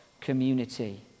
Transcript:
community